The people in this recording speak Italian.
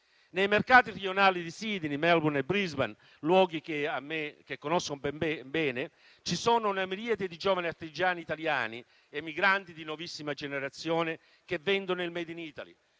Nei mercati rionali di Sydney, Melbourne e Brisbane, luoghi che conosco bene, c'è una miriade di giovani artigiani italiani, emigranti di nuovissima generazione che vendono il *made in Italy*: